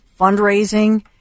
fundraising